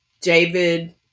David